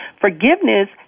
Forgiveness